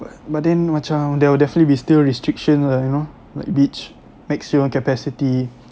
but but then macam there would definitely be still restriction lah you know like beach maximum capacity